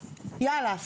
יאללה,